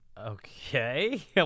Okay